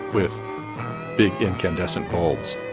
with big incandescent bulbs,